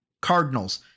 Cardinals